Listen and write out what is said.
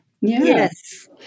Yes